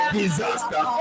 disaster